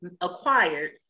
acquired